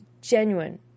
genuine